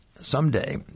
someday